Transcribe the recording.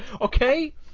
Okay